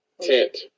tent